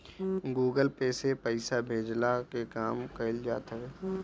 Google Pay से पईसा भेजला के काम कईल जात हवे